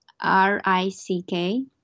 R-I-C-K